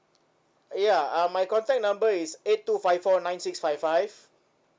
ya uh my contact number is eight two five four nine six five five